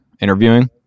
interviewing